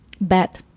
bad